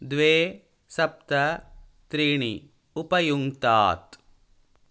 द्वे सप्त त्रीणि उपयुङ्क्तात्